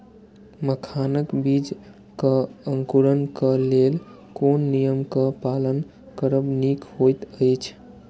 मखानक बीज़ क अंकुरन क लेल कोन नियम क पालन करब निक होयत अछि?